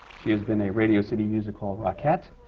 she has been a radio city music hall rockette,